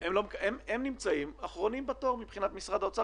הם נמצאים אחרונים בתור מבחינת משרד האוצר,